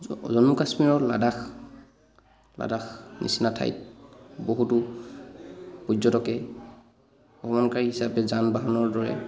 জম্মু কাশ্মীৰৰ লাডাখ লাডাখ নিচিনা ঠাইত বহুতো পৰ্যটকে ভ্ৰমণকাৰী হিচাপে যান বাহনৰ দৰে